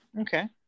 Okay